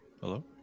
Hello